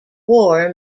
war